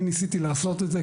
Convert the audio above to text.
אני ניסיתי לעשות את זה.